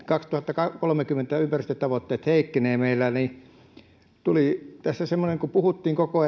kaksituhattakolmekymmentä ympäristötavoitteet heikkenevät meillä tuli tässä semmoinen kysymys kun puhuttiin koko